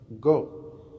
Go